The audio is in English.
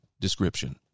description